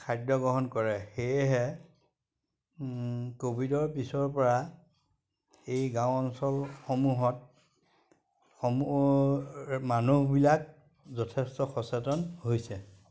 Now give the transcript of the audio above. খাদ্য গ্ৰহণ কৰে সেয়েহে ক'ভিডৰ পিছৰপৰা এই গাঁও অঞ্চলসমূহত মানুহবিলাক যথেষ্ট সচেতন হৈছে